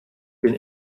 den